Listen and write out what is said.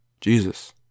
jesus